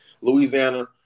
Louisiana